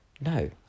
No